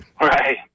Right